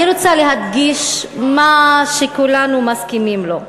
אני רוצה להדגיש מה שכולנו מסכימים לו.